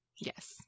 Yes